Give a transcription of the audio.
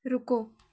ਰੁਕੋ